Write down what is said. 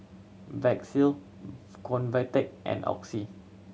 Vagisil Convatec and Oxy